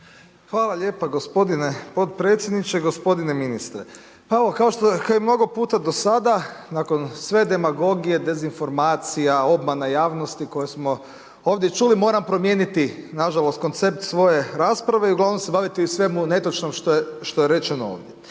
Hvala lijepa gospodine potpredsjedniče, gospodine ministre. Pa evo kao što je i mnogo puta do sada, nakon sve demagogije, dezinformacija, obmana javnosti koje smo ovdje čuli moram promijeniti nažalost koncept svoje rasprave i uglavnom se baviti svemu netočnom što je rečeno ovdje.